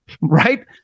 right